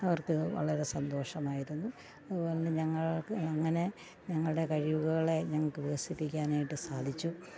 അവർക്കത് വളരെ സന്തോഷമായിരുന്നു അതു പോലെ തന്നെ ഞങ്ങൾക്ക് അങ്ങനെ ഞങ്ങളുടെ കഴിവുകളെ ഞങ്ങൾക്ക് വികസിപ്പിക്കാനായിട്ട് സാധിച്ചു